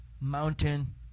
mountain